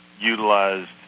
utilized